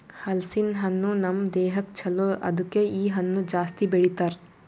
ಹಲಸಿನ ಹಣ್ಣು ನಮ್ ದೇಹಕ್ ಛಲೋ ಅದುಕೆ ಇ ಹಣ್ಣು ಜಾಸ್ತಿ ಬೆಳಿತಾರ್